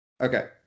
okay